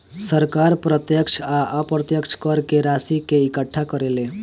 सरकार प्रत्यक्ष आ अप्रत्यक्ष कर से राशि के इकट्ठा करेले